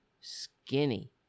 skinny